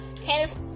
Candace